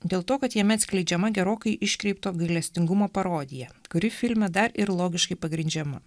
dėl to kad jame atskleidžiama gerokai iškreipto gailestingumo parodija kuri filme dar ir logiškai pagrindžiama